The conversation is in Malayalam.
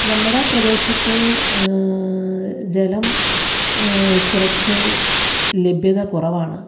നമ്മുടെ പ്രദേശത്ത് ജലം കുറച്ച് ലഭ്യത കുറവാണ്